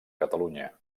catalunya